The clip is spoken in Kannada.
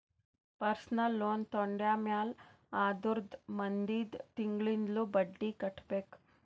ಪರ್ಸನಲ್ ಲೋನ್ ತೊಂಡಮ್ಯಾಲ್ ಅದುರ್ದ ಮುಂದಿಂದ್ ತಿಂಗುಳ್ಲಿಂದ್ ಬಡ್ಡಿ ಕಟ್ಬೇಕ್